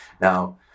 Now